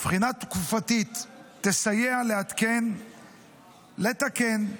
ובחינה תקופתית תסייע לעדכן, לתקן,